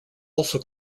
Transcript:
also